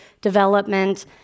development